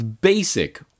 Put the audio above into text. basic